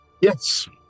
Yes